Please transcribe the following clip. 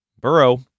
Burrow